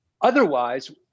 Otherwise